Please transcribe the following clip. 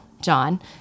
John